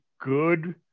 good